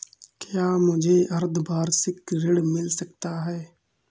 क्या मुझे अर्धवार्षिक ऋण मिल सकता है?